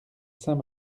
saint